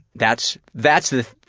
that's that's the